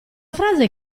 frase